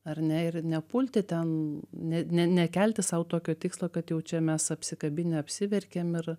ar ne ir nepulti ten ne ne nekelti sau tokio tikslo kad jau čia mes apsikabinę apsiverkėm ir